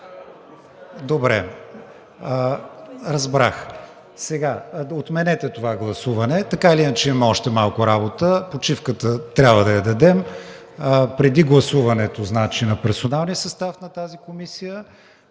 Добре, разбрах. Сега отменете това гласуване. Така или иначе имаме още малко работа – почивката трябва да я дадем. Преди гласуването на персоналния състав на тази комисия